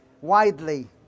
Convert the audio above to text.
widely